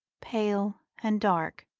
pale and dark,